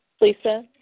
Lisa